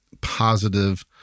positive